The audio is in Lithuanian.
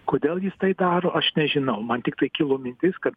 kodėl jis tai daro aš nežinau man tiktai kilo mintis kad